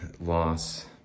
loss